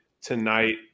tonight